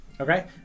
Okay